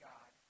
God